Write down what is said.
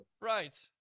right